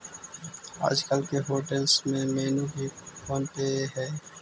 आजकल तो होटेल्स में मेनू भी फोन पे हइ